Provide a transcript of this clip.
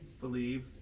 believe